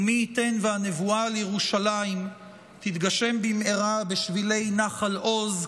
ומי ייתן והנבואה על ירושלים תתגשם במהרה בשבילי נחל עוז,